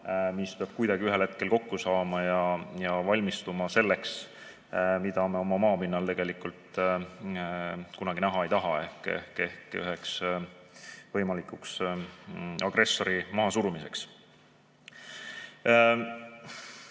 mis peab kuidagi ühel hetkel kokku saama, et valmistuda selleks, mida me oma maa pinnal tegelikult kunagi näha ei taha, ehk võimalikuks agressori mahasurumiseks. Tõepoolest